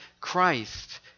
Christ